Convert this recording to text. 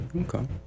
okay